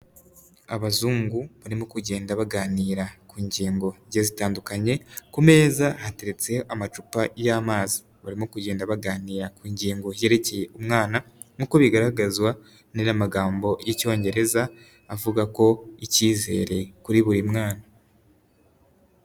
Abazungu barimo kugenda baganira ku ngingo zigiye zitandukanye, ku meza hateretse amacupa y'amazi, barimo kugenda baganira ku ingingo yerekeye umwana, nk'uko bigaragazwa n'amagambo y'icyongereza, avuga ko icyizere kuri buri mwana.